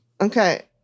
Okay